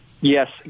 yes